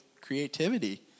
creativity